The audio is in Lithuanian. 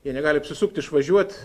jie negali apsisukt išvažiuot